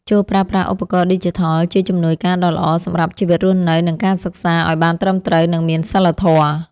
ចូរប្រើប្រាស់ឧបករណ៍ឌីជីថលជាជំនួយការដ៏ល្អសម្រាប់ជីវិតរស់នៅនិងការសិក្សាឱ្យបានត្រឹមត្រូវនិងមានសីលធម៌។